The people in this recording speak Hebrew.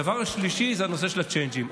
הדבר השלישי זה הנושא של הצ'יינג'ים.